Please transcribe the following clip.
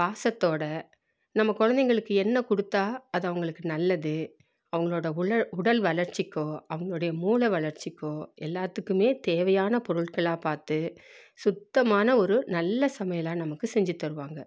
பாசத்தோடு நம்ம குழந்தைங்களுக்கு என்ன கொடுத்தா அது அவங்களுக்கு நல்லது அவங்களோட உழ உடல் வளர்ச்சிக்கோ அவங்களுடைய மூளை வளர்ச்சிக்கோ எல்லாத்துக்குமே தேவையான பொருள்களாக பார்த்து சுத்தமான ஒரு நல்ல சமையலாக நமக்கு செஞ்சுத்தருவாங்க